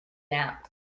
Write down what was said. nap